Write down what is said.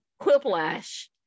Quiplash